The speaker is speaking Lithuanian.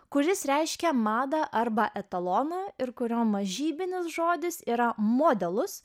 kuris reiškia madą arba etaloną ir kurio mažybinis žodis yra modalus